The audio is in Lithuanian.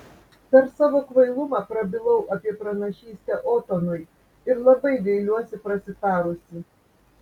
per savo kvailumą prabilau apie pranašystę otonui ir labai gailiuosi prasitarusi